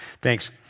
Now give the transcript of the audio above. Thanks